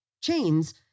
chains